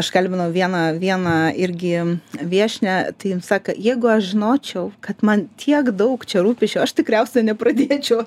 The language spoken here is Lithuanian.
aš kalbinau vieną vieną irgi viešnią tai jin sako jeigu aš žinočiau kad man tiek daug čia rūpesčio aš tikriausiai nepradėčiau